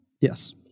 yes